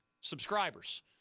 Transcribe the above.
subscribers